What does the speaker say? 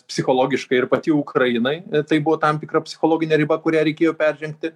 psichologiškai ir pati ukrainai tai buvo tam tikra psichologinė riba kurią reikėjo peržengti